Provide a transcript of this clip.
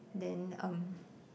then um